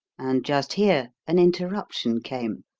and just here an interruption came.